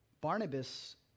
Barnabas